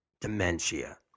dementia